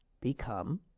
become